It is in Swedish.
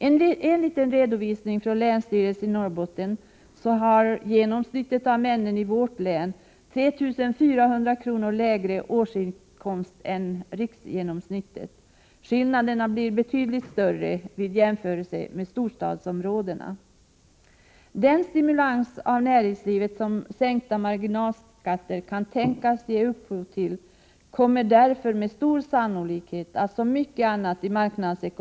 Enligt en redovisning från länsstyrelsen i Norrbotten har genomsnittet av männen i vårt län 3 400 kr. lägre årsinkomst än genomsnittet i landet. Skillnaderna blir större vid en jämförelse med storstadsområdena. Den stimulans av näringslivet som sänkta marginalskatter kan tänkas ge upphov till kommer därför med stor sannolikhet som mycket annat i marknadseko .